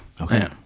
Okay